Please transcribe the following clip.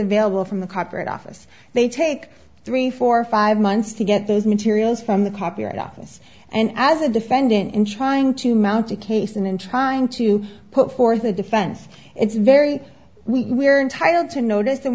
available from the copyright office they take three four five months to get these materials from the copyright office and as a defendant in trying to mount a case and in trying to put forth a defense it's very we are entitled to notice